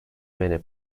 many